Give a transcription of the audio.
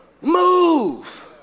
move